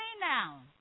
now